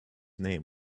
name